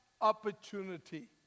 opportunity